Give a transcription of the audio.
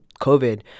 covid